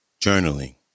journaling